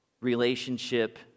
relationship